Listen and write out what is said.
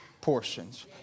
portions